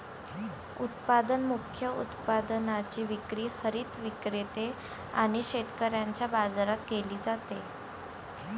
उत्पादन मुख्य उत्पादनाची विक्री हरित विक्रेते आणि शेतकऱ्यांच्या बाजारात केली जाते